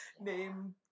name